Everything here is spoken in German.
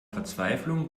verzweiflung